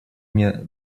мне